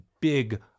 big